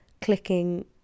clicking